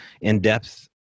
in-depth